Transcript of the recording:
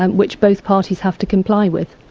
and which both parties have to comply with.